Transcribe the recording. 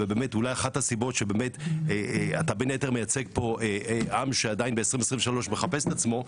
ואולי אחת הסיבות אתה בין היתר מייצג פה עם שעדיין ב-2023 מחפש את עצמו,